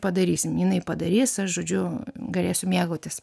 padarysim jinai padarys aš žodžiu galėsiu mėgautis